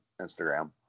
instagram